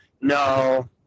no